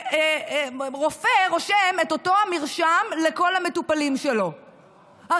שרופא רושם את אותו מרשם לכל המטופלים שלו,